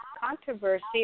controversy